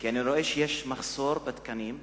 כי אני רואה שיש מחסור בתקנים.